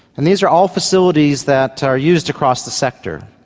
and these are all facilities that are used across the sector.